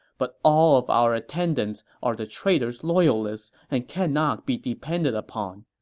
but all of our attendants are the traitor's loyalists and cannot be depended upon.